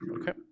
Okay